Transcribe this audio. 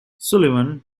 sullivan